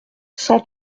cent